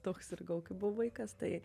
toks sirgau kai buvau vaikas tai